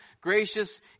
gracious